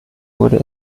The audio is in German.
wurde